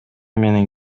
менен